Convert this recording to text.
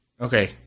Okay